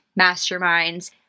masterminds